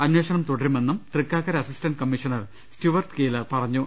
അന്വേഷണം തുടരുമെന്നും Thrikkakara assistant commissioner Stuart Keeler പറഞ്ഞു